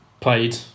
played